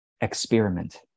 experiment